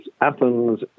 Athens